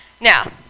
now